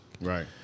Right